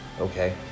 Okay